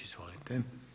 Izvolite.